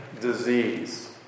disease